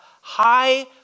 high